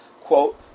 quote